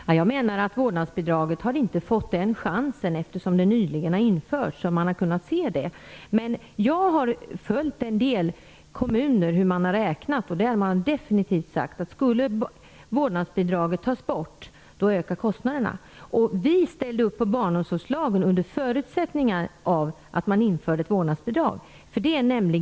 Herr talman! Jag menar att vårdnadsbidraget inte har fått den chansen, eftersom det nyligen har införts, man har inte kunnat se det. Men jag har följt hur en del kommuner har räknat. Man har sagt att skulle vårdnadsbidraget tas bort, ökar kostnaderna definitivt. Vi ställde upp på barnomsorgslagen under förutsättningen att man införde ett vårdnadsbidrag.